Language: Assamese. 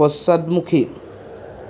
পশ্চাদমুখী